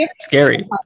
scary